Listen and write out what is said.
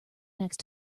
next